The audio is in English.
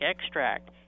extract